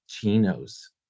chinos